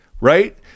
right